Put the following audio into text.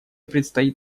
предстоит